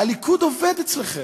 הליכוד עובד אצלכם.